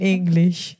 English